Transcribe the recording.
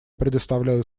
предоставляю